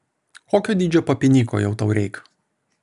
kokio dydžio papinyko jau tau reik